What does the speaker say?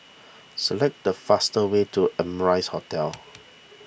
select the faster way to Amrise Hotel